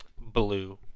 Blue